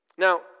Now